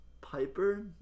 Piper